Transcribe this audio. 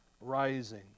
rising